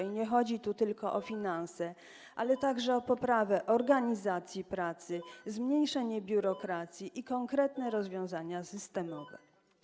I nie chodzi tu tylko o finanse, ale także o poprawę organizacji pracy, zmniejszenie biurokracji i konkretne rozwiązania systemowe.